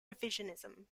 revisionism